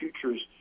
futures